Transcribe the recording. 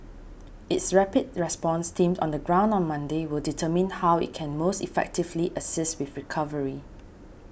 its rapid response team on the ground on Monday will determine how it can most effectively assist with recovery